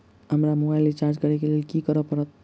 हमरा mobile recharge करऽ केँ लेल की करऽ पड़त?